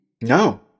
No